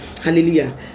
Hallelujah